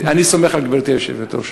אני סומך על גברתי היושבת-ראש.